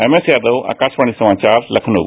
MS Yadav Akashvani समाचार लखनऊ